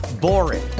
boring